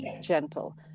gentle